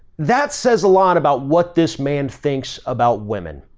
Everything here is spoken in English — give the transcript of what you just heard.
that says a lot about what this man thinks about women.